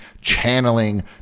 channeling